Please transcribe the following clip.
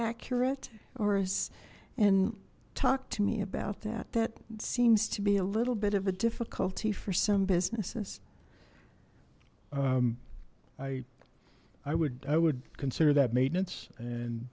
accurate or is and talk to me about that that seems to be a little bit of a difficulty for some businesses i i would i would consider that maintenance and